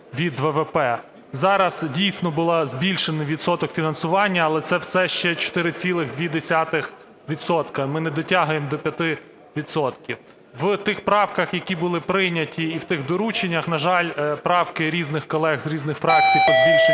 від ВВП. Зараз дійсно був збільшений відсоток фінансування, але це все ще 4,2 відсотка, ми не дотягуємо до 5 відсотків. В тих правках, які були прийняті, і в тих дорученнях, на жаль, правки різних колег з різних фракцій по збільшенню